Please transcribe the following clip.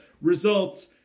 results